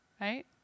right